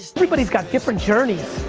so everybody's got different journeys.